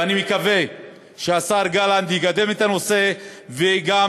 ואני מקווה שהשר גלנט יקדם את הנושא וגם